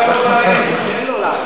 קצת כבוד,